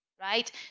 right